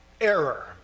error